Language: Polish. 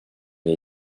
jej